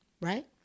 right